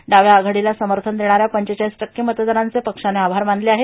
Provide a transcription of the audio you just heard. डाव्या आघाडीला समर्थन देणाऱ्या पंचेचाळीस टक्के मतदरांचे पक्षानं आभार मानले आहेत